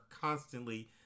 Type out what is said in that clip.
constantly